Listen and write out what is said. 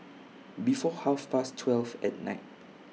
before Half Past twelve At Night